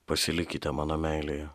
pasilikite mano meilėje